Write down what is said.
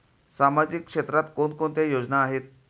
सामाजिक क्षेत्रात कोणकोणत्या योजना आहेत?